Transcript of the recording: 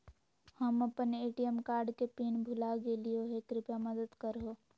हम अप्पन ATM card के पिन भुला गेलिओ हे कृपया मदद कर हो